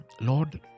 Lord